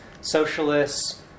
socialists